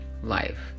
life